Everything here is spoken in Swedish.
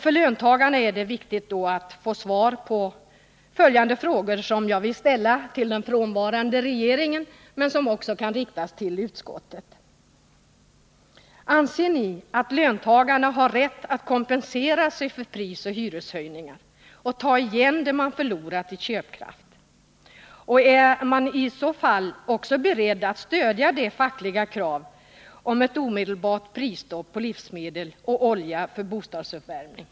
För löntagarna är det då viktigt att få svar på följande frågor, som jag vill ställa till den nu frånvarande regeringen men som också kan riktas till utskottet. Anser ni att löntagarna har rätt att kompensera sig för prisoch hyreshöjningar och ta igen det man förlorat i köpkraft? Är ni i så fall också beredda att stödja det fackliga kravet på ett omedelbart prisstopp på livsmedel och olja för bostadsuppvärmning?